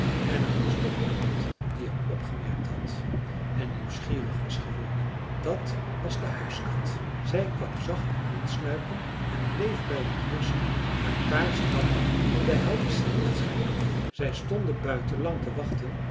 en er was nog iemand die hem opgemerkt had en nieuwsgierig was geworden dat was de huiskat zij kwam zacht aansluipen en bleef bij den muur staan een paar stappen van den heldersten lichtschijn af zij stonden buiten lang te wachten